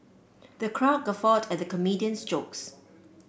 the crowd guffawed at the comedian's jokes